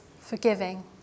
forgiving